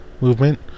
movement